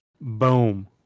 Boom